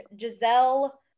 Giselle